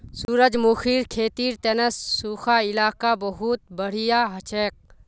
सूरजमुखीर खेतीर तने सुखा इलाका बहुत बढ़िया हछेक